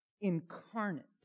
incarnate